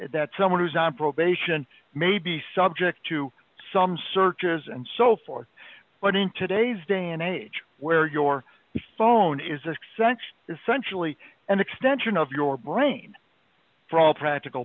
that someone who's on probation may be subject to some searches and so forth but in today's day and age where your phone is accent's essentially an extension of your brain for all practical